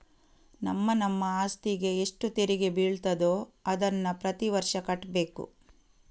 ನಮ್ಮ ನಮ್ಮ ಅಸ್ತಿಗೆ ಎಷ್ಟು ತೆರಿಗೆ ಬೀಳ್ತದೋ ಅದನ್ನ ಪ್ರತೀ ವರ್ಷ ಕಟ್ಬೇಕು